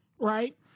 right